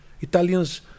Italians